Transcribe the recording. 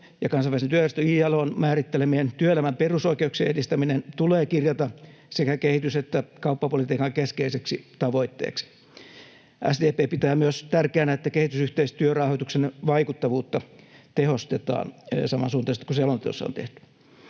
Kansainvälisen työjärjestön ILO:n määrittelemien työelämän perusoikeuksien edistäminen tulee kirjata sekä kehitys- että kauppapolitiikan keskeiseksi tavoitteeksi. SDP pitää myös tärkeänä, että kehitysyhteistyörahoituksen vaikuttavuutta tehostetaan samansuuntaisesti kuin selonteossa on tehty.